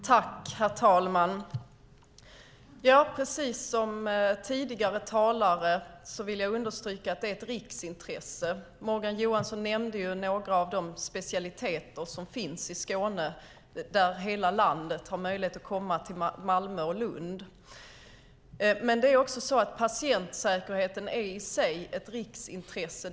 Herr talman! Precis som tidigare talare vill jag understryka att det är ett riksintresse. Morgan Johansson nämnde några av de specialiteter som finns i Skåne. Patienter från hela landet har möjlighet att komma till Malmö och Lund. Det är också så att patientsäkerheten i sig är ett riksintresse.